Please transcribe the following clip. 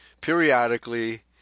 Periodically